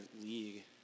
league